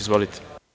Izvolite.